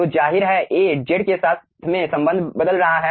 तो जाहिर है A z के संबंध में बदल रहा है